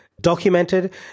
documented